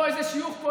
או איזה שיוך פוליטי.